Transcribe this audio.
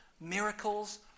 Miracles